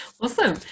Awesome